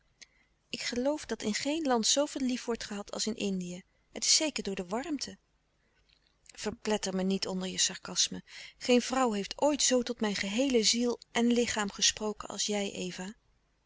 ik geloof dat in geen land zooveel lief wordt gehad als in indië het is zeker door de warmte verpletter me niet onder je sarcasme geen vrouw heeft ooit zoo tot mijn geheele ziel en lichaam gesproken als jij eva